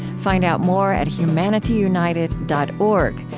find out more at humanityunited dot org,